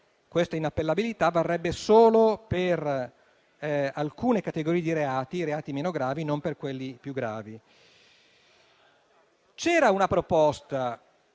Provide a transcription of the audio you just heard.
cui l'inappellabilità varrebbe solo per alcune categorie di reati meno gravi e non per quelli più gravi.